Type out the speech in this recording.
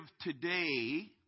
today